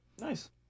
Nice